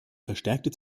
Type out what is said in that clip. verstärkte